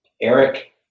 Eric